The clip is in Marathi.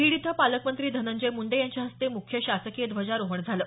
बीड इथं पालकमंत्री धनंजय मुंडे यांच्या हस्ते मुख्य ध्वजारोहण झालं